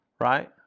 Right